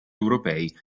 europei